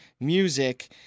music